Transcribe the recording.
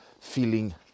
feeling